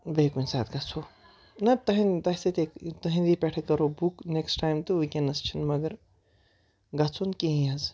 بیٚیہِ کُنہِ ساتہٕ گژھو نہ تۄہہِ تۄہہِ سۭتۍ ہے تُہندے پٮ۪ٹھ ہے کَرو بُک نیسکٕس ٹایم تہٕ وٕنکیٚنس چھِنہٕ مَگر گژھُن کِہینۍ حظ